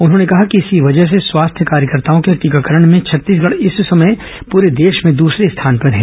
उन्होंने कहा कि इसी वजह से स्वास्थ्य कार्यकर्ताओं के टीकाकरण में छत्तीसगढ इस समय पूरे देश में दसरे स्थान पर हैं